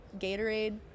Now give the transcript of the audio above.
Gatorade